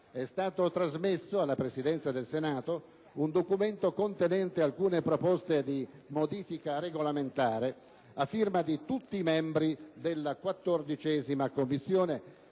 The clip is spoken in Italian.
è stato trasmesso alla Presidenza del Senato un documento contenente alcune proposte di modifica regolamentare, a firma di tutti i membri della 14a Commissione,